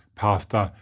pasta,